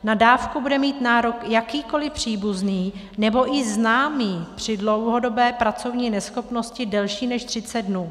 Na dávku bude mít nárok jakýkoli příbuzný nebo i známý při dlouhodobé pracovní neschopnosti delší než 30 dnů.